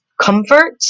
comfort